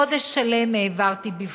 חודש שלם העברתי בבכי,